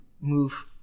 move